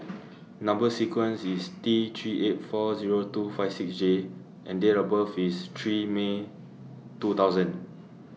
Number sequence IS T three eight four Zero two five six J and Date of birth IS three May two thousand